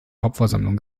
hauptversammlung